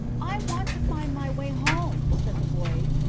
i want to find my way home, said the boy.